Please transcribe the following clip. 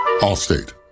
Allstate